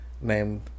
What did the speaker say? named